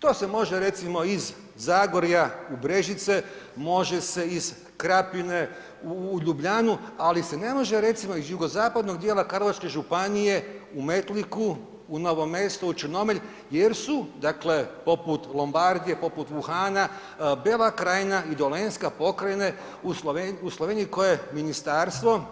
To se može recimo iz Zagorja u Brežice, može se iz Krapine u Ljubljanu, ali se ne može recimo iz jugozapadnog dijela Karlovačke županije u Metliku, u Novo Mesto, u Črnomelj jer su, dakle poput Lombardije, poput Wuhana, Bela krajina i Dolenjska pokrajine u Sloveniji koje ministarstvo